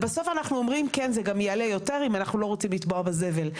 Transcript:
זה יעלה יותר אם אנחנו לא רוצים לטבוע בזבל.